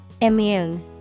Immune